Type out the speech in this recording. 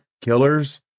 killers